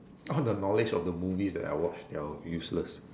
all the knowledge of the movies that I watch that will be useless